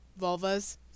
vulvas